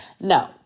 No